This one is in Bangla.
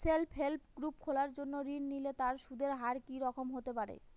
সেল্ফ হেল্প গ্রুপ খোলার জন্য ঋণ নিলে তার সুদের হার কি রকম হতে পারে?